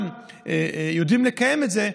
גם יודעים לקיים את זה,